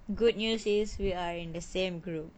good news is we are in the same group